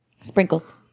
Sprinkles